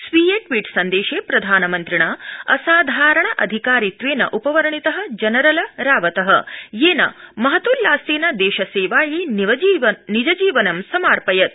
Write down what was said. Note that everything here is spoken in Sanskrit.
स्वीये ट्वीट् सन्देशे प्रधानमन्त्रिणा असाधारणाधिकारित्वेनोपवर्णित जनरल रावत येन महतोल्लासेन देशसेवाय निजजीवनं समार्पयत्